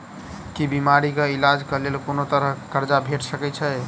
की बीमारी कऽ इलाज कऽ लेल कोनो तरह कऽ कर्जा भेट सकय छई?